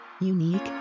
unique